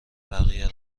بقیه